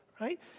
right